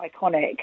iconic